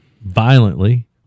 violently